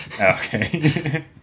Okay